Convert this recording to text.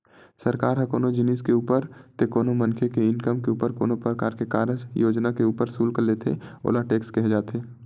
सरकार ह कोनो जिनिस के ऊपर ते कोनो मनखे के इनकम के ऊपर ते कोनो परकार के कारज योजना के ऊपर सुल्क लेथे ओला टेक्स केहे जाथे